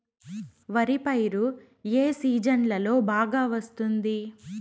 వరి పైరు ఏ సీజన్లలో బాగా వస్తుంది